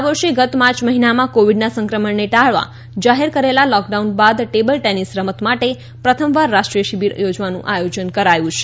આ વર્ષે ગત માર્ચ મહિનામાં કોવિડના સંક્રમણને ટાળવા જાહેર કરેલા લોકડાઉન બાદ ટેબલ ટેનિસ રમત માટે પ્રથમવાર રાષ્ટ્રીય શિબીર યોજવાનું આયોજન કરાયુ છે